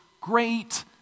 great